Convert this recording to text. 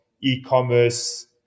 e-commerce